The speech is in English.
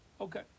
Okay